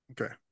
Okay